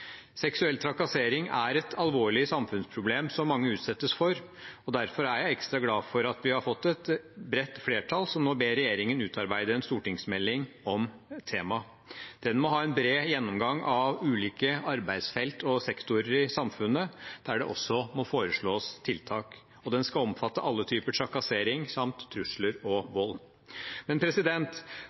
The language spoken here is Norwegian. Seksuell trakassering er et alvorlig samfunnsproblem som mange utsettes for. Derfor er jeg ekstra glad for at vi har fått et bredt flertall som nå ber regjeringen utarbeide en stortingsmelding om temaet. Den må ha en bred gjennomgang av ulike arbeidsfelt og sektorer i samfunnet, der det også må foreslås tiltak, og den skal omfatte alle typer trakassering samt trusler og vold.